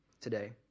today